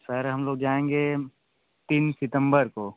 sir हम लोग जाएंगे तीन सितंबर को